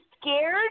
scared